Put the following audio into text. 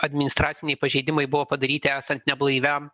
administraciniai pažeidimai buvo padaryti esant neblaiviam